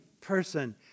person